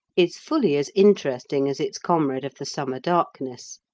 is fully as interesting as its comrade of the summer darkness,